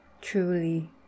truly